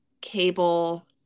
cable